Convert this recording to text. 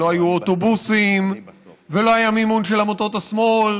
שלא היו אוטובוסים ולא היה מימון של עמותות השמאל,